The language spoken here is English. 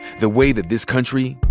the way that this country,